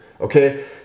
Okay